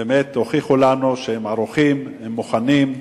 הם באמת הוכיחו לנו שהם ערוכים ומוכנים,